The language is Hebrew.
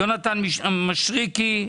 יונתן מישרקי,